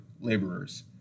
laborers